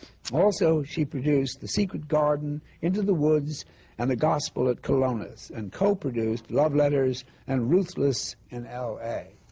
also, she produced the secret garden, into the woods and the gospel at colonus, and co-produced love letters and ruthless in l a.